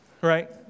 Right